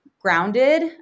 grounded